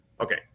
Okay